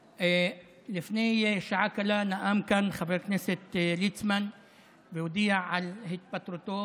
לפני שעה קלה נאם כאן חבר הכנסת ליצמן והודיע על התפטרותו